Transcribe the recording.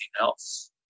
else